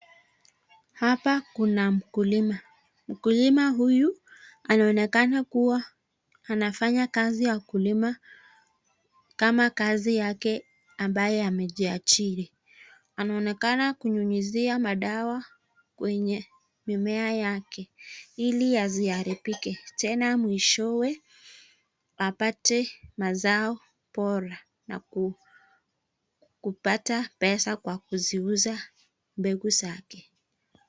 Hapa kuna mkulima, mkulima huyu anaonekana kuwa anafanya kazi ya kulima kama kazi yake ambaye amejiajiri anaonekana kunyunyizia madawa kwenye mimea yake ili yasiharibike tena mwishowe apate mazao bora na kupata pesa kwa kuziuza mbegu zake.